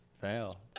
fail